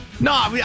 No